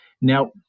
Now